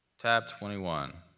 tab twenty one.